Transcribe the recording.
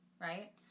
right